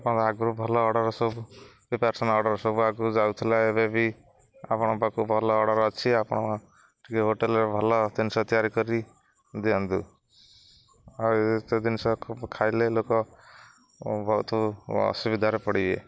ଆପଣ ଆଗରୁ ଭଲ ଅର୍ଡ଼ର ସବୁ ପ୍ରିପାରେସନ ଅର୍ଡ଼ର ସବୁ ଆଗକୁ ଯାଉଥିଲା ଏବେବ ଆପଣଙ୍କ ପାଖ ଭଲ ଅର୍ଡ଼ର ଅଛି ଆପଣ ଟିକେ ହୋଟେଲରେ ଭଲ ଜିନିଷ ତିଆରି କରି ଦିଅନ୍ତୁ ଆଉ ଏତକ ଜିନିଷ ଖାଇଲେ ଲୋକ ବହୁତ ଅସୁବିଧାରେ ପଡ଼ିବେ